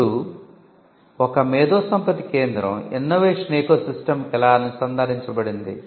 ఇప్పుడు ఒక మేధోసంపత్తి కేంద్రం ఇన్నోవేషన్ ఎకోసిస్టమ్కు ఎలా అనుసంధానించబడింది